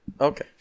Okay